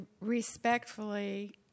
respectfully